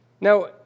Now